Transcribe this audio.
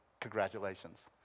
Congratulations